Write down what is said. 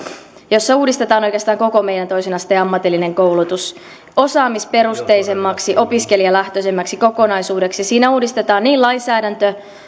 jossa uudistetaan oikeastaan koko meidän toisen asteen ammatillinen koulutus osaamisperusteisemmaksi opiskelijalähtöisemmäksi kokonaisuudeksi siinä uudistetaan niin lainsäädäntö